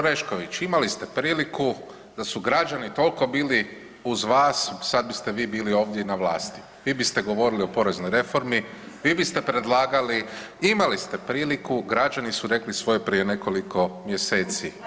Orešković imali ste priliku da su građani toliko bili uz vas sad biste vi bili ovdje na vlasti, vi biste govorili o poreznoj reformi, vi biste predlagali … [[Upadica se ne razumije.]] imali ste priliku, građani su rekli svoje prije nekoliko mjeseci.